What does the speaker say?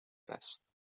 است